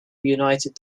united